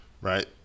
right